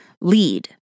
lead